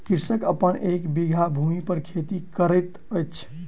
कृषक अपन एक बीघा भूमि पर खेती करैत अछि